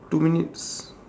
two minutes